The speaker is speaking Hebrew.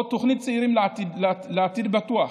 תוכנית "צעירים לעתיד בטוח",